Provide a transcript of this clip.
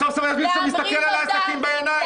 סוף סוף יש מישהו שמסתכל לעסקים בעיניים.